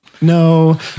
no